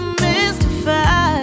mystified